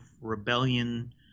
rebellion